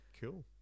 Cool